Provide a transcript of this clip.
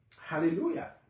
hallelujah